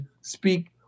speak